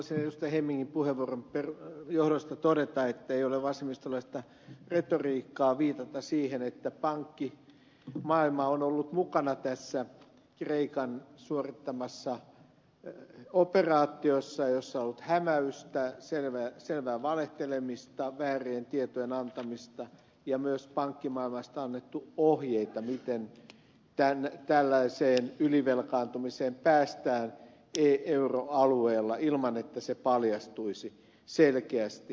hemmingin puheenvuoron johdosta todeta ettei ole vasemmistolaista retoriikkaa viitata siihen että pankkimaailma on ollut mukana tässä kreikan suorittamassa operaatiossa jossa on ollut hämäystä selvää valehtelemista väärien tietojen antamista ja myös pankkimaailmasta annettu ohjeita miten tällaiseen ylivelkaantumiseen päästään euroalueella ilman että se paljastuisi selkeästi ja ajoissa